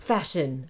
Fashion